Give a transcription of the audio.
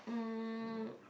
um